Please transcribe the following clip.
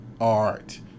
art